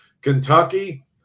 Kentucky –